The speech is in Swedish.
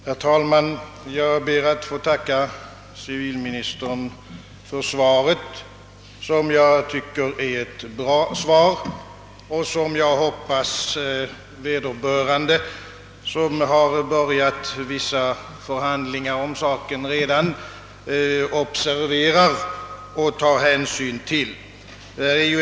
Herr talman! Jag ber att få tacka civilministern för svaret. Jag tycker det är ett bra svar, och jag hoppas att vederbörande, som redan har börjat vissa förhandlingar om saken, observerar och tar hänsyn till det.